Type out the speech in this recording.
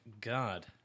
God